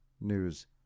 news